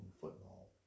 football